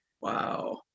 wow